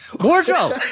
Wardrobe